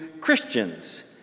Christians